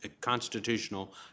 constitutional